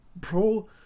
pro